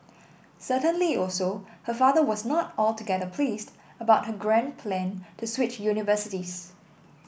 certainly also her father was not altogether pleased about her grand plan to switch universities